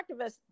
activists